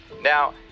Now